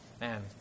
Man